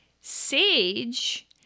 Sage